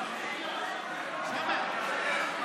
אתה לא